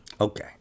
Okay